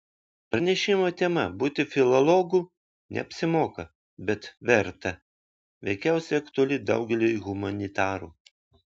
pranešimo tema būti filologu neapsimoka bet verta veikiausiai aktuali daugeliui humanitarų